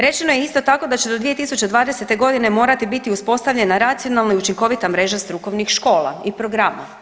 Rečeno je isto tako da će do 2020. godine morati biti uspostavljena racionalna i učinkovita mreža strukovnih škola i programa.